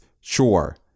Sure